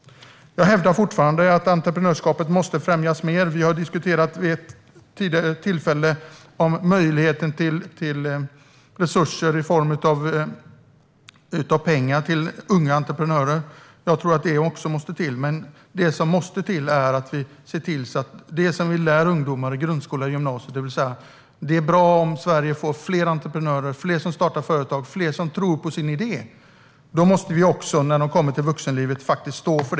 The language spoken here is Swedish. Jag hävdar fortfarande att entreprenörskap måste främjas mer. Vi har vid ett tidigare tillfälle diskuterat möjligheten till resurser i form av pengar till unga entreprenörer, och jag tror att detta också måste till. Men det som vi lär ungdomarna i grundskolan och gymnasiet, det vill säga att det är bra om Sverige får fler entreprenörer, fler som startar företag och fler som tror på sin idé, måste vi stå för också när de kommer ut i vuxenlivet.